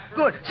good